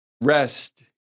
rest